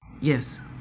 Yes